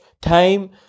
time